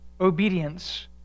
obedience